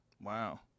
Wow